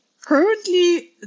currently